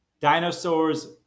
dinosaurs